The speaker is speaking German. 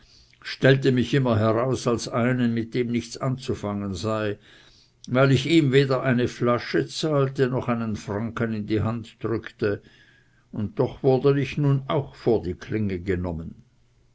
stellte mich immer heraus als einen mit dem nichts anzufangen sei weil ich ihm weder eine flasche zahlte noch einen franken in die hand drückte und doch wurde ich nun auch vor die klinge genommen